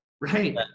Right